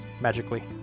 magically